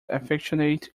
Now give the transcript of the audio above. affectionate